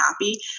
happy